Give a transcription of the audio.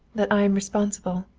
that i am responsible.